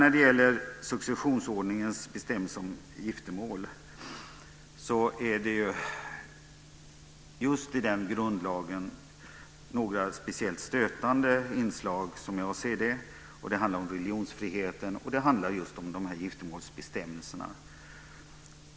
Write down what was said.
När det gäller successionsordningens bestämmelser om giftermål vill jag peka på vad jag ser som några särskilt stötande inslag i den grundlagen. Det handlar om religionsfriheten och giftermålsbestämmelserna.